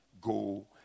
Go